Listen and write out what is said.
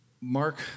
Mark